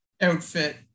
outfit